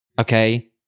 okay